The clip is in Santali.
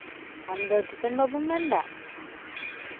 ᱟᱢ ᱫᱚ ᱫᱤᱯᱮᱱ ᱵᱟᱹᱵᱩᱢ ᱢᱮᱱᱫᱟ